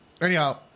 Anyhow